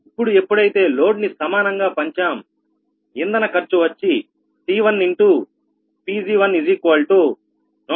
ఇప్పుడు ఎప్పుడైతే లోడ్స్ని సమానంగా పంచాం ఇంధన ఖర్చు వచ్చి C1 Pg1 133